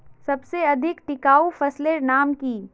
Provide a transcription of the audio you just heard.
सबसे अधिक टिकाऊ फसलेर नाम की?